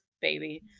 baby